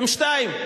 היא שתיים.